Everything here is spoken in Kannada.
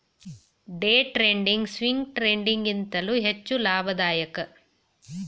ಡೇ ಟ್ರೇಡಿಂಗ್, ಸ್ವಿಂಗ್ ಟ್ರೇಡಿಂಗ್ ಗಿಂತಲೂ ಹೆಚ್ಚು ಲಾಭದಾಯಕ